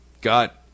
got